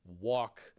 walk